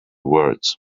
words